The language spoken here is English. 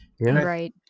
Right